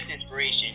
inspiration